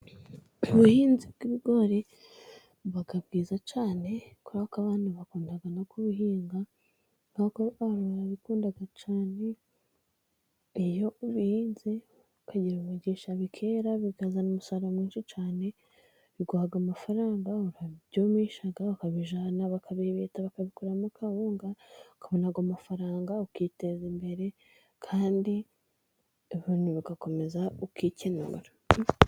Ubuhinzi bw'ibigori buba bwiza cyane. Kubera ko abantu bakunda no kubihinga kubera abantu barabikunda cyane. Iyo ubihinze ukagira umugisha bikera, bikazana umusaruro mwinshi cyane, biguha amafaranga. Urabyumisha ukabijyana bakabibeta bakabikuramo kawuga, ukabona na ya mafaranga ukiteza imbere, kandi ibintu bigakomeza ukikenura.